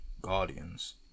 Guardians